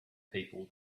people